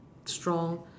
strong